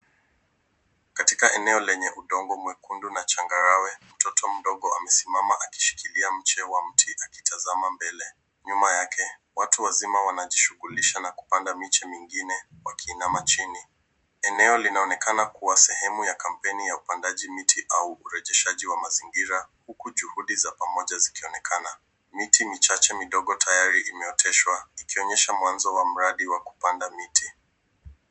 Katika eneo lenye udongo mwekundu na changarawe, mtoto mdogo amesimama akishikilia mche wa mti akitazama mbele. Nyuma yake watu wazima wanajishughulisha na kupanda miche mengine wakiinama chini. Eneo linaonekana kua sehemu ya kampeni ya upandaji miti au urejeshaji wa mazingira huku juhudi za pamoja zikionekana. Miti michache midogo tayari imeoteshwa ikionyesha mwanzo wa mradi wa kupanda miti.